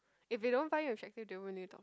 if he don't find you attractive they won't really talk